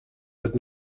wird